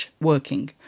working